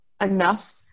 enough